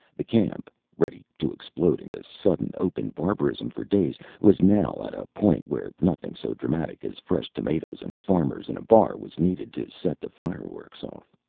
the camp ready to explode into sudden, open barbarism for days was now at a point where nothing so dramatic as fresh tomatoes and farmers in a bar was needed to set the fireworks off.